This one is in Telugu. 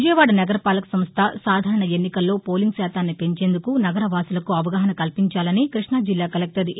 విజయవాడ నగరపాలక సంస్ద సాధారణ ఎన్నికల్లో పోలింగ్ శాతాన్ని పెంచేందుకు నగర వాసులకు అవగాహన కల్పించాలని కృష్ణాజిల్లా కలెక్టర్ ఎ